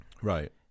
right